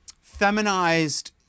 feminized